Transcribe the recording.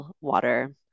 water